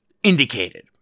indicated